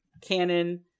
canon